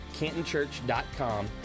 cantonchurch.com